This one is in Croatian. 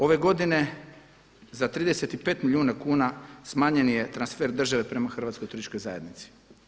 Ove godine za 35 milijuna kuna smanjen je transfer države prema Hrvatskoj turističkoj zajednici.